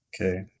Okay